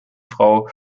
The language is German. frau